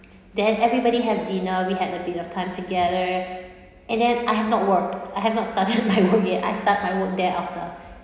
then everybody have dinner we had a bit of time together and then I have not worked I have not started my work yet I start my work there after